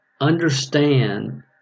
understand